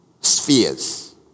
spheres